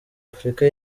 afrika